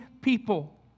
people